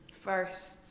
first